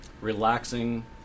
relaxing